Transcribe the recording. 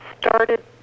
started